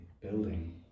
building